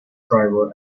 driver